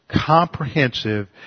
comprehensive